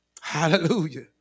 Hallelujah